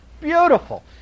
beautiful